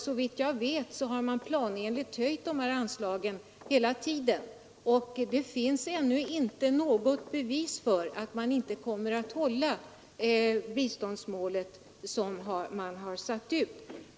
Såvitt jag vet har man planenligt höjt de här anslagen hela tiden, och det finns ännu inte något bevis för att man inte kommer att nå det biståndsmål som man har satt ut.